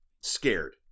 scared